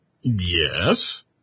Yes